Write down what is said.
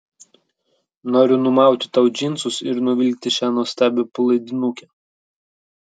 noriu numauti tau džinsus ir nuvilkti šią nuostabią palaidinukę